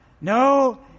no